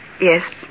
Yes